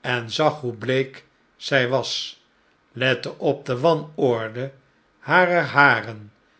en zag hoe bleek zij was lette op de wanorde harer haren